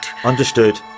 Understood